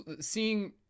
seeing